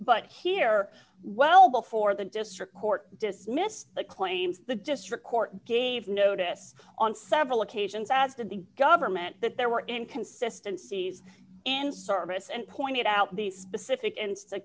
but here well before the district court dismissed the claims the district court gave notice on several occasions that the government that there were inconsistency in service and pointed out the specific and the